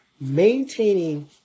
maintaining